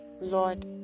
Lord